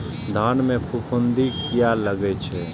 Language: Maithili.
धान में फूफुंदी किया लगे छे?